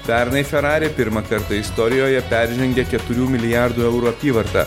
pernai ferrari pirmą kartą istorijoje peržengė keturių milijardų eurų apyvartą